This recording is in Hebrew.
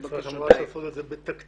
אני ממש אעשה זאת בתקציר.